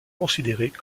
considérées